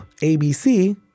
ABC